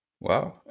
Wow